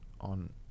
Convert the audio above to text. on